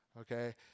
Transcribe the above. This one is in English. okay